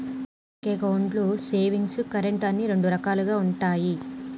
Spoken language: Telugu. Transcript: బ్యాంక్ అకౌంట్లు సేవింగ్స్, కరెంట్ అని రెండు రకాలుగా ఉంటయి